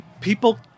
people